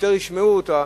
יותר ישמעו אותו,